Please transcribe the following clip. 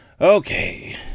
Okay